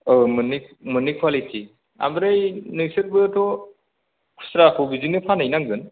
औ मोननै मोननै कुवालिटि ओमफ्राय नोंसोरबोथ' खुस्राखौ बिदिनो फानहैनांगोन